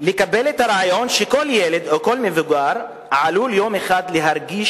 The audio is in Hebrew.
לקבל את הרעיון שכל ילד או כל מבוגר עלול יום אחד להרגיש